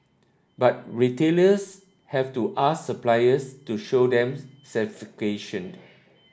but retailers have to ask suppliers to show them certification